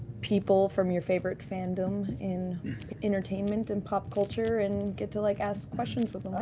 people from your favorite fandom in entertainment and pop culture and get to like ask questions with them,